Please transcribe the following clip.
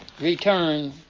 return